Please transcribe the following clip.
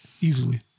easily